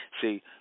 See